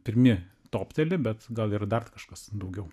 pirmi topteli bet gal ir dar kažkas daugiau